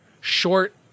short